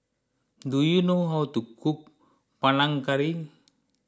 do you know how to cook Panang Curry